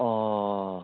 অঁ